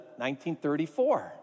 1934